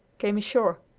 came ashore.